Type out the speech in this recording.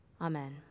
amen